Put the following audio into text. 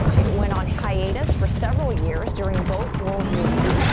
it went on hiatus for several years during both world wars.